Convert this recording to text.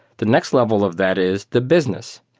the next level of that is the business.